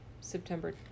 September